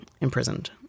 imprisoned